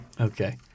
Okay